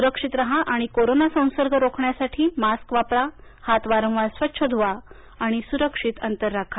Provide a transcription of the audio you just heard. सुरक्षित राहा आणि कोरोना संसर्ग रोखण्यासाठी मास्क वापरा हात वारंवार स्वच्छ धुवा आणि सुरक्षित अंतर राखा